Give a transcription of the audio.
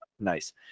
Nice